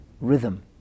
rhythm